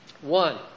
One